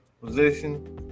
position